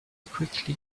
quickly